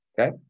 Okay